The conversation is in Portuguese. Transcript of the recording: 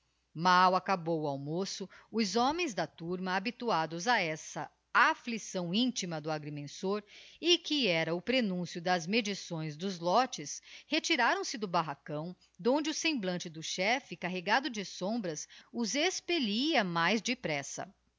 mal acabou o almoço os homens da turma habituados a essa afflicção intima do agrimensor e que era o prenuncio das medições dos lotes retiraram-se do barracão d'onde o semblante do chefe carregado de sombras os expellia mais depressa